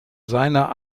seiner